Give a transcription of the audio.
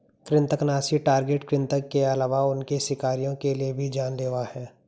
कृन्तकनाशी टारगेट कृतंक के अलावा उनके शिकारियों के लिए भी जान लेवा हैं